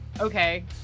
Okay